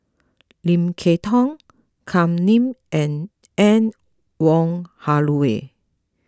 Lim Kay Tong Kam Ning and Anne Wong Holloway